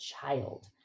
child